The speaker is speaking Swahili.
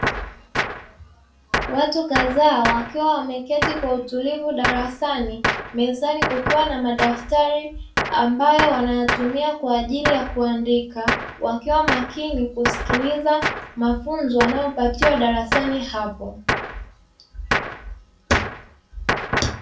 Watu kadhaa wakiwa wameketi kwa utulivu darasani, mezani kukiwa na daftari ambayo wanayotumia kwa ajili ya kuandika, wakiwa makini kusikiliza mafunzo wanayo patiwa darasani hapo.